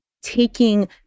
taking